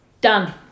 Done